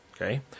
Okay